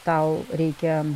tau reikia